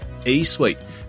eSuite